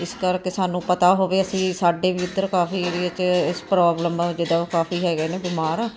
ਇਸ ਕਰਕੇ ਸਾਨੂੰ ਪਤਾ ਹੋਵੇ ਅਸੀਂ ਸਾਡੇ ਵੀ ਇਧਰ ਕਾਫੀ ਏਰੀਏ 'ਚ ਇਸ ਪ੍ਰੋਬਲਮ ਆ ਜਿੱਦਾਂ ਉਹ ਕਾਫੀ ਹੈਗੇ ਨੇ ਬਿਮਾਰ